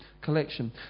collection